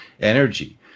energy